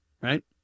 Right